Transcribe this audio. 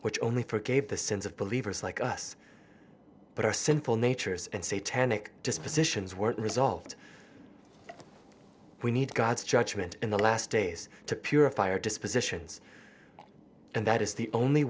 which only forgave the sins of believers like us but our sinful natures and say tannic dispositions weren't resolved we need god's judgment in the last days to purify or dispositions and that is the only